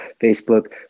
facebook